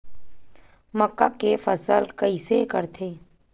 मक्का के फसल कइसे करथे?